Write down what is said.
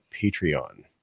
Patreon